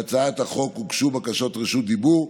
להצעת החוק הוגשו בקשות רשות דיבור.